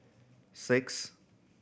six